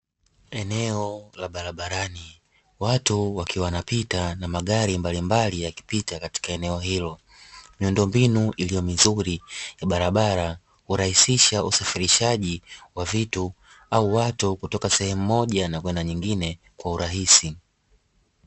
Eneo la barabarani, watu wakiwa wanapita na magari mbalimbali yakipita katika eneo hilo. Miundombinu iliyo mizuri ya barabara, hurahisisha usafirishaji wa vitu au watu kutoka sehemu moja na kwenda nyingine kwa urahisi.